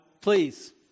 Please